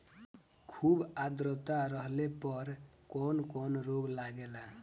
खुब आद्रता रहले पर कौन कौन रोग लागेला?